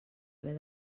haver